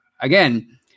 Again